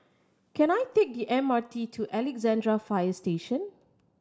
can I take the M R T to Alexandra Fire Station